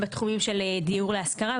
בתחומים של דיור להשכרה,